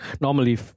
Normally